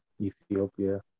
Ethiopia